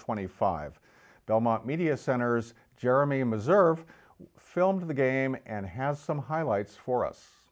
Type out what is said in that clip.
twenty five belmont media centers jeremy missouri filmed the game and has some highlights for us